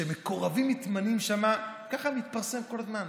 שמקורבים מתמנים שם, ככה מתפרסם כל הזמן.